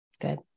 Good